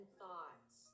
thoughts